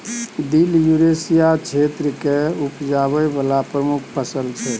दिल युरेसिया क्षेत्र मे उपजाबै बला प्रमुख फसल छै